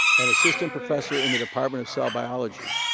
an assistant professor in the department of cell biology.